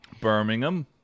Birmingham